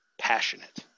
passionate